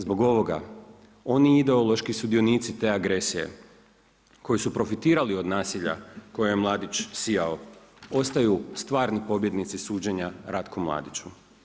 Zbog ovoga, oni ideološki sudionici te agresije koji su profitirali od nasilja, koji je Mladić sijao, ostaju stvarni pobjednici suđenju Ratku Mladiću.